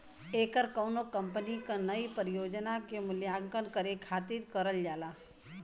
ऐकर कउनो कंपनी क नई परियोजना क मूल्यांकन करे खातिर करल जाला